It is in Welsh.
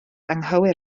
anghywir